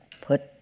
put